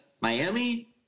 Miami